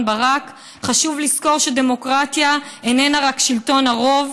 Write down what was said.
ברק: חשוב לזכור שדמוקרטיה איננה רק שלטון הרוב.